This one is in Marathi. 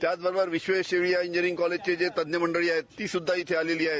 त्याचबरोबर विश्वेश्वरैया इंजिनियरिंग कॉलेजचे जे तज्ञ मंडळी आहेत ती सुद्धा इथे आलेली आहेत